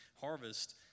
harvest